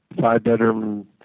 five-bedroom